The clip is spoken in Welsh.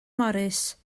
morris